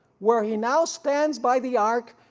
where he now stands by the ark,